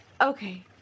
Okay